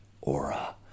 aura